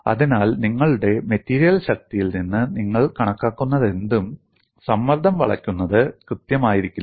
അതിനാൽ നിങ്ങളുടെ മെറ്റീരിയൽ ശക്തിയിൽ നിന്ന് നിങ്ങൾ കണക്കാക്കുന്നതെന്തും സമ്മർദ്ദം വളയ്ക്കുന്നത് കൃത്യമായിരിക്കില്ല